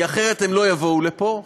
כי אחרת הם לא יבואו לפה,